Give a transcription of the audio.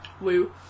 Woo